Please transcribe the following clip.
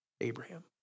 Abraham